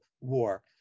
war